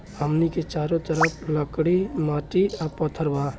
हमनी के चारो तरफ लकड़ी माटी आ पत्थर बा